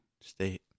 state